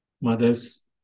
mother's